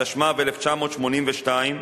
התשמ"ב 1982,